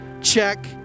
check